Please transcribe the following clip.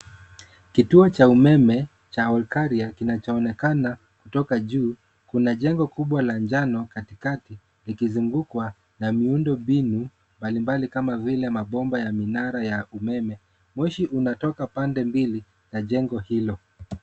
Kituo cha umeme cha Olkaria kinachoonekana kutoka juu. Kuna jengo kubwa la njano katikati likizungukwa na miundombinu mbalimbali kama vile mabomba ya minara ya umeme. Moshi unatoka pande mbili la jengo hilo.